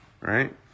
right